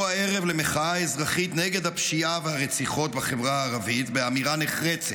הערב למחאה אזרחית נגד הפשיעה והרציחות בחברה הערבית באמירה נחרצת: